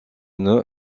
nœuds